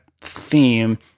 theme